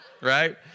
right